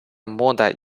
мода